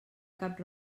cap